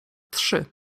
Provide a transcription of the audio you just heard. trzy